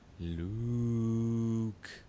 Luke